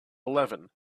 eleven